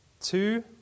Two